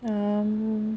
um